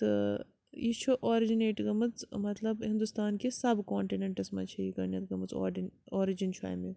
تہٕ یہِ چھُ آرجِنیٹ گٔمٕژ مطلب ہِندُستانکِس سَب کونٹِنٮ۪نٹَس منٛز چھےٚ یہِ گۄڈٕنٮ۪تھ گٔمٕژ اوڈِن اوٚرِجَن چھُ ایٚمیُک